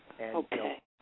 Okay